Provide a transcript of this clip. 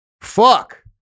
Fuck